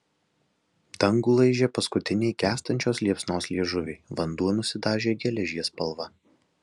dangų laižė paskutiniai gęstančios liepsnos liežuviai vanduo nusidažė geležies spalva